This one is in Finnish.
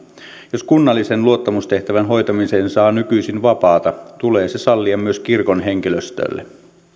jos kunnallisen luottamustehtävän hoitamiseen saa nykyisin vapaata tulee se sallia myös kirkon henkilöstölle